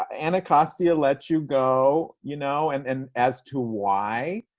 anacostia let you go. you know and and as to why,